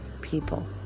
people